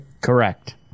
Correct